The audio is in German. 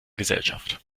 gesellschaft